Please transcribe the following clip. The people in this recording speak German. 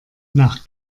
nach